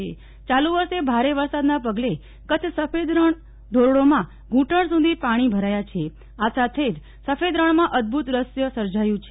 યાલુ વર્ષે ભારે વરસાદના પગલે કચ્છ સફેદ રણ ધોરડોમાં ધૂંટણ સુધી પાણી ભરાયા છે આ સાથે જ સફેદ રણમાં અક્ષત દ્રશ્ય સર્જાયું છે